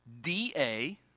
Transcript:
D-A